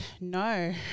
no